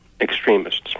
extremists